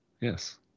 Yes